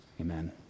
Amen